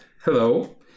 Hello